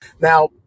Now